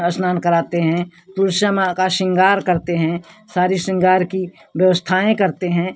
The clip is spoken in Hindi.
स्नान कराते हैं तुलसी माँ का शृंगार करते हैं सारे शृंगार की व्यवस्थाएं करते हैं